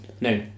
No